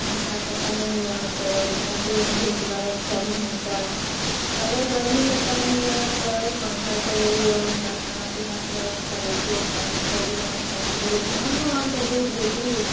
ठण्डाके टाइम अइ तऽ रौदमे दिऔ धूप लगऽके चाही हुनका अगर गरमीके टाइम अइ तऽ पंखा चलैइऔ हुनकर खाना पीनाके बेबस्था देखिऔ पानिके दिऔ पानि दिऔ तहन ने ओ अहाँके दूध देती